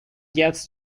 gets